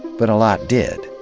but a lot did.